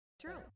true